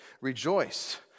Rejoice